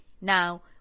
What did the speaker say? Now